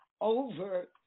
over